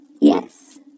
Yes